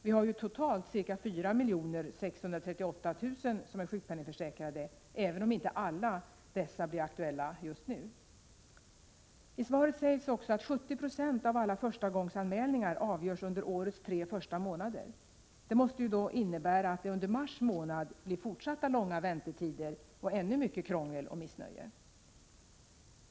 Vi har ju totalt ca 4 638 000 sjukpenningförsäkrade, även om inte alla dessa blir aktuella just nu. I svaret sägs också att 70 90 av alla förstagångsanmälningar avgörs under årets tre första månader. Det måste innebära att det under mars månad blir fortsatt långa väntetider och mycket krångel och missnöje.